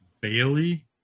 bailey